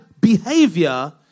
behavior